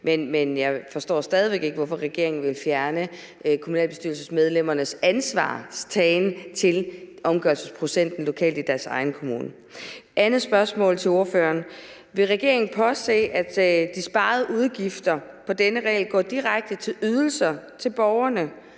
Men jeg forstår stadig væk ikke, hvorfor regeringen vil fjerne kommunalbestyrelsesmedlemmernes tagen ansvar for omgørelsesprocenten lokalt i deres egen kommune. Mit andet spørgsmål til ordføreren er: Vil regeringen påse, at de sparede udgifter på denne regel går direkte til ydelser til borgerne?